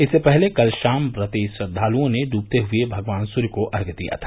इससे पहले कल शाम व्रती श्रद्वालुओं ने डूबते हुए भगवान सूर्य को अर्घ्य दिया था